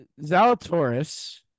Zalatoris